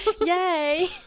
Yay